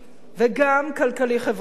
וגם כלכלי-חברתי.